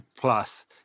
plus